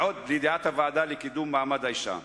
ועוד, לידיעת הוועדה לקידום מעמד האשה: